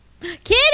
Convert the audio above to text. Kitty